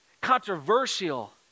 controversial